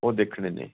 ਉਹ ਦੇਖਣੇ ਨੇ